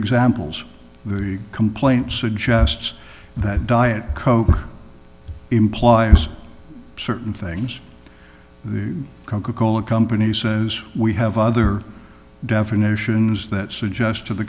examples the complaint suggests that diet coke implies certain things the coca cola company says we have other definitions that suggest to the